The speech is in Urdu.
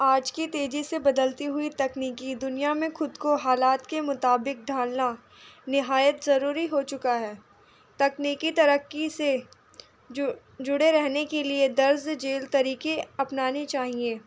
آج کی تیزی سے بدلتی ہوئی تکنیکی دنیا میں خود کو حالات کے مطابق ڈھالنا نہایت ضروری ہو چکا ہے تکنیکی ترقی سے جڑے رہنے کے لیے درج ذیل طریقے اپنانی چاہئے